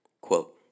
Quote